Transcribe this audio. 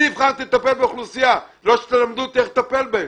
אני התחלתי לטפל באוכלוסייה ולא שתלמדו אותי איך לטפל בהם.